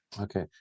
Okay